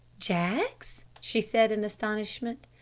jaggs? she said in astonishment.